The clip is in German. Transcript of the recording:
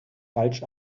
falsch